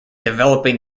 developing